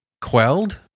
quelled